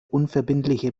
unverbindliche